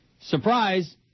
Surprise